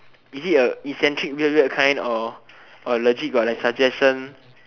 is it a eccentric weird weird kind or or legit got like suggestion